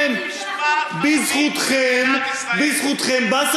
רק בית-משפט מחליט במדינת ישראל,